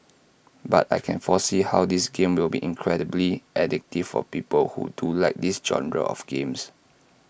but I can foresee how this game will be incredibly addictive for people who do like this genre of games